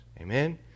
Amen